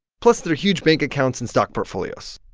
plus their huge bank accounts and stock portfolios.